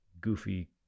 goofy